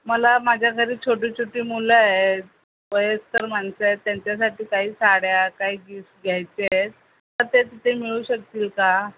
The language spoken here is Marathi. मला माझ्या घरी छोटी छोटी मुलं आहेत वयस्कर माणसं आहेत त्यांच्यासाठी काही साड्या काही गिफ्ट घ्यायचे आहेत तर ते तिथे मिळू शकतील का